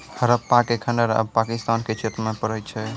हड़प्पा के खंडहर आब पाकिस्तान के क्षेत्र मे पड़ै छै